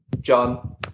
John